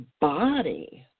body